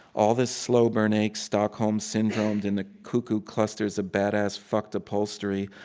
all this slow burn ache, stockholm syndromed into cuckoo clusters of badass fucked upholstery.